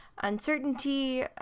uncertainty